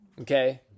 okay